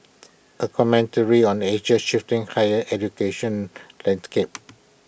A commentary on Asia shifting higher education landscape